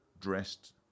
dressed